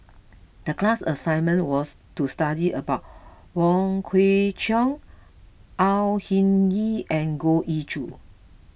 the class assignment was to study about Wong Kwei Cheong Au Hing Yee and Goh Ee Choo